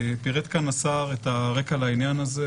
פירט כאן השר את הרקע לעניין הזה.